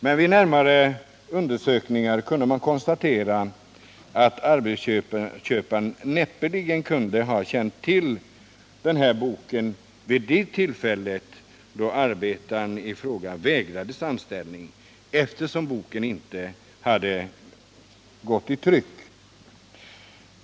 Vid en närmare undersökning kunde man konstatera att arbetsköparen näppeligen kunde känna till denna bok vid det tillfälle då arbetaren i fråga vägrades anställning, eftersom boken då ännu inte hade gått i tryck.